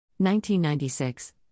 1996